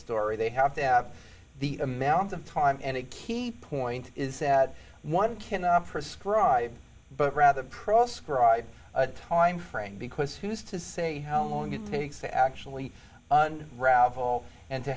story they have to have the amount of time and it key point is that one cannot prescribe but rather proscribed a time frame because who's to say how long it takes to actually ravel and to